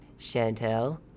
Chantel